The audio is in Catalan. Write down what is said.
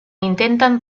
intenten